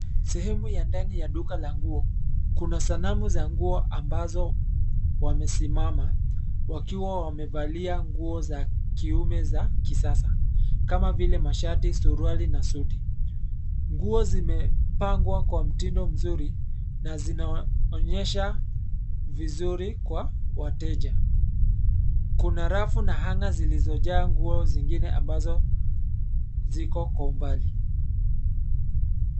Sehemu ya ndani ya duka la nguo, kuna sanamu za nguo ambazo, wamesimama, wakiwa wamevalia nguo za kiume za, kisasa, kama vile mashati, suruali na suti. Nguo zimepangwa kwa mtindo mzuri na zinaonyesha vizuri kwa wateja. Kuna rafu na hanger zilizojaa nguo zingine ambazo, ziko kwa umbali.